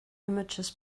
images